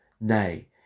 Nay